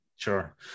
Sure